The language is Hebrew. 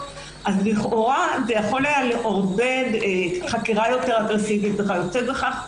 לכאורה זה יכול היה לעודד חקירה יותר אגרסיבית וכיוצא בכך.